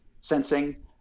sensing